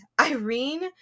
Irene